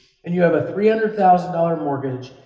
and you have a three hundred thousand dollars mortgage,